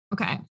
okay